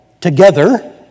together